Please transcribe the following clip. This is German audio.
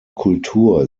kultur